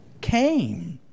came